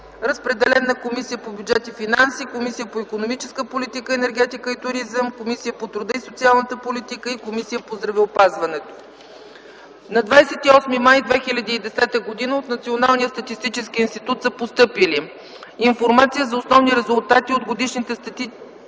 Разпределен е на Комисията по бюджет и финанси, Комисията по икономическата политика, енергетика и туризъм, Комисията по труда и социалната политика и Комисията по здравеопазването. На 28 май 2010 г. от Националния статистически институт са постъпили: „Информация за основни резултати от годишните статистически